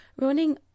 Running